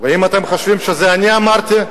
אם אתם חושבים שאת זה אני אמרתי,